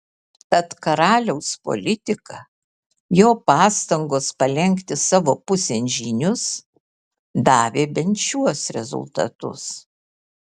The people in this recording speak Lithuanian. tad karaliaus politika jo pastangos palenkti savo pusėn žynius davė bent šiuos rezultatus